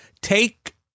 Take